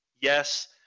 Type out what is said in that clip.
yes